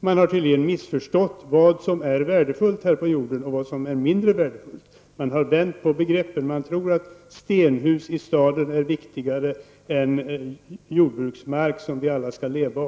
Man har tydligen missförstått vad som är värdefullt här på jorden och vad som är mindre värdefullt. Man har vänt på begreppen. Man tror att stenhus i staden är viktigare än den jordbruksmark som vi alla skall leva av.